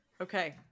Okay